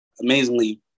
amazingly